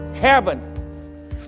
heaven